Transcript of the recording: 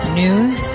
news